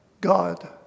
God